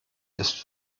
ist